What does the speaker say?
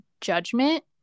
judgment